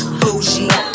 bougie